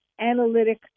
analytic